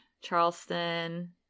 Charleston